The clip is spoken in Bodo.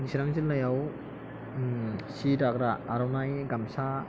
सिरां जिल्लायाव सि दाग्रा आर'नाइ गामसा